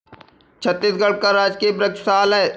छत्तीसगढ़ का राजकीय वृक्ष साल है